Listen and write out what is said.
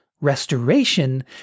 Restoration